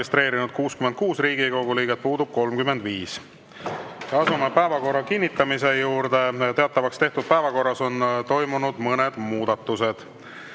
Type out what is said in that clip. registreerinud 66 Riigikogu liiget, puudub 35.Asume päevakorra kinnitamise juurde. Teatavaks tehtud päevakorras on toimunud mõned muudatused.